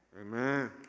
Amen